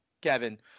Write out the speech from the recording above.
Kevin